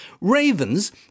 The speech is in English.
Ravens